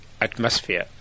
atmosphere